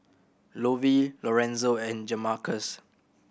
Lovie Lorenzo and Jamarcus